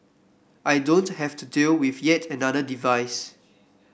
I don't have to deal with yet another device